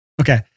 Okay